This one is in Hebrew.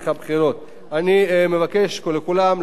אני מבקש מכולם להצביע בעד הצעת החוק.